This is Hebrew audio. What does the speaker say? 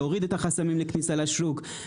להוריד את החסמים לכניסה לשוק.